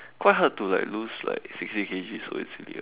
quite hard to like lose like sixty K_G